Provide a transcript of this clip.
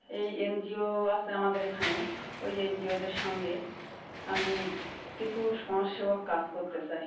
এই এনজিও আসে আমাদের এখানে ওই এন জি ওদের সঙ্গে আমি কিছু সমাজসেবার কাজ করতে চাই